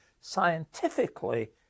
Scientifically